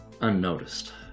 unnoticed